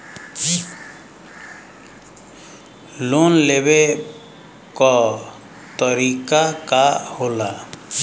Loan लेवे क तरीकाका होला?